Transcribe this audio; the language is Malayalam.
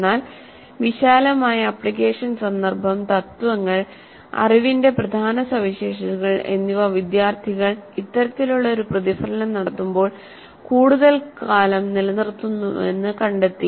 എന്നാൽ വിശാലമായ ആപ്ലിക്കേഷൻ സന്ദർഭം തത്ത്വങ്ങൾ അറിവിന്റെ പ്രധാന സവിശേഷതകൾ എന്നിവ വിദ്യാർത്ഥികൾ ഇത്തരത്തിലുള്ള ഒരു പ്രതിഫലനം നടത്തുമ്പോൾ കൂടുതൽ കാലം നിലനിർത്തുന്നുവെന്ന് കണ്ടെത്തി